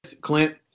Clint